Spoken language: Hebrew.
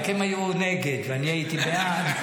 רק הם היו נגד ואני הייתי בעד.